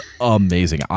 amazing